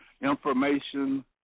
information